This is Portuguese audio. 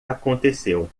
aconteceu